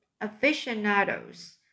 aficionados